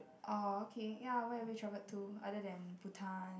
orh okay ya where have you travelled to other than Bhutan